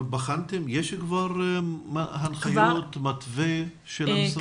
האם בחנתן האם יש כבר הנחיות או מתווה של המשרד?